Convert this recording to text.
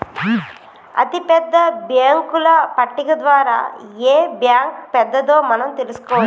అతిపెద్ద బ్యేంకుల పట్టిక ద్వారా ఏ బ్యాంక్ పెద్దదో మనం తెలుసుకోవచ్చు